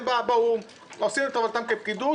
הם באו"ם - עושים את תורתם כפקידות,